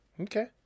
Okay